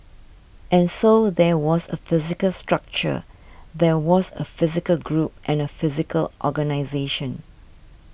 and so there was a physical structure there was a physical group and a physical organisation